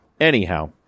anyhow